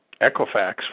Equifax